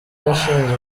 yashinze